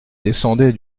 descendait